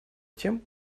тем